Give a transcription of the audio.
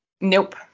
Nope